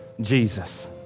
Jesus